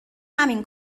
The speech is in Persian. همین